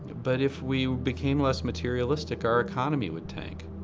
but if we became less materialistic our economy would tank.